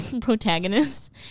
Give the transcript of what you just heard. protagonist